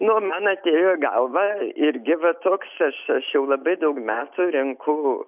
nu man atėjo į galvą irgi va toks aš aš jau labai daug metų renku